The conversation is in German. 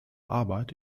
arbeit